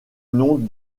nom